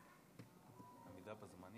אדוני